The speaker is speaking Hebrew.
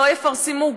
לא יפרסמו.